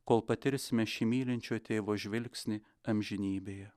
kol patirsime šį mylinčio tėvo žvilgsnį amžinybėje